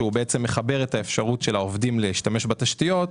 שהוא מחבר את האפשרות של העובדים להשתמש בתשתיות,